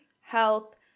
health